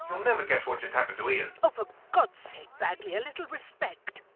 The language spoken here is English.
you'll never guess what just happened to ian. oh for god's sake, bagley, a little respect!